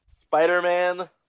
Spider-Man